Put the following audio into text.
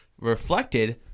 reflected